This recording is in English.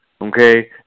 Okay